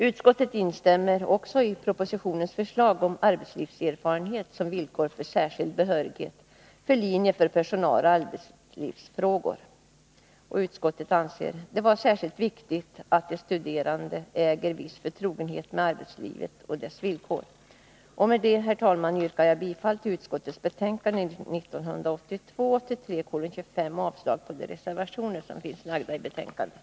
Utskottet instämmer också i propositionens förslag om arbetslivserfarenhet som villkor för särskild behörighet för linjen för personaloch arbetslivsfrågor. Utskottet anser det vara särskilt viktigt att de studerande äger viss förtrogenhet med arbetslivet och dess villkor. Med detta, herr talman, yrkar jag bifall till hemställan i utskottets